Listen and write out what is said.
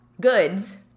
goods